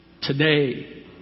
today